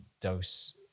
dose